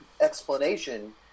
explanation